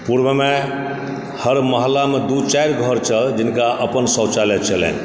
पूर्वमे हर महल्लामे दू चारि घर छल जिनका अपन शौचालय छलनि